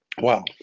Wow